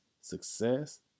success